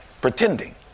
pretending